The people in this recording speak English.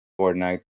Fortnite